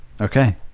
Okay